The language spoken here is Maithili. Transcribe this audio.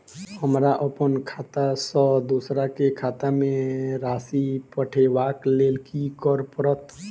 हमरा अप्पन खाता सँ दोसर केँ खाता मे राशि पठेवाक लेल की करऽ पड़त?